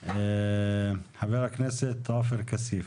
חבר הכנסת עופר כסיף.